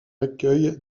accueil